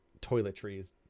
toiletries